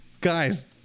Guys